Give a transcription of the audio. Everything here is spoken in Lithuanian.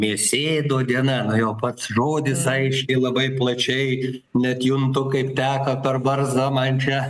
mėsėdo diena na o pats žodis aiškiai labai plačiai ir net juntu kaip teka per barzdą man čia